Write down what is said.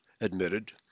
admitted